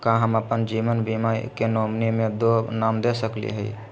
का हम अप्पन जीवन बीमा के नॉमिनी में दो नाम दे सकली हई?